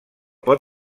pot